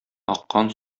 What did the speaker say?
аккан